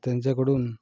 त्यांच्याकडून